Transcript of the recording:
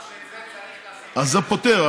את זה צריך לשים, אז זה פותר.